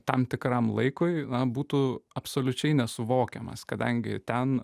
tam tikram laikui būtų absoliučiai nesuvokiamas kadangi ten